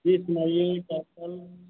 जी सुनाइए क्या हाल चाल